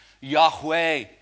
Yahweh